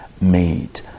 made